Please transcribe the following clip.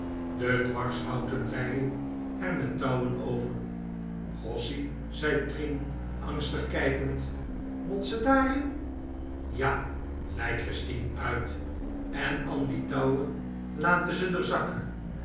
de dwarshouten leien er met touwen over gossie zei trien angstig kijkend mot ze dààr in ja lei christien uit en an die touwe late ze d'r zakke